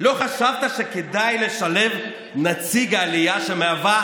לא חשבת שכדאי לשלב נציג עלייה שמהווה